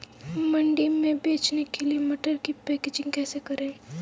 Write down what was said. मंडी में बेचने के लिए मटर की पैकेजिंग कैसे करें?